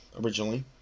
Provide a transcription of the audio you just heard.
originally